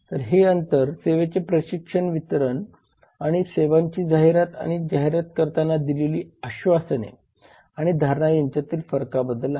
तर हे अंतर सेवेचे प्रत्यक्ष वितरण आणि सेवांची जाहिरात आणि जाहिरात करताना दिलेली आश्वासने आणि धारणा यांच्यातील फरकाबद्दल आहे